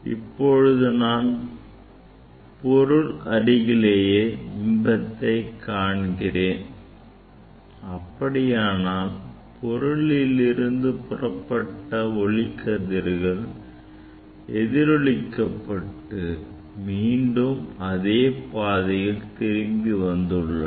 இப்போது நான் பொருள் அருகிலேயே பிம்பத்தை காண்கிறேன் அப்படியானால் பொருளில் இருந்து புறப்பட்ட ஒளிக்கதிர்கள் எதிரொளிப்பட்டு மீண்டும் அதே பாதையில் திரும்பி வந்துள்ளன